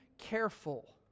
careful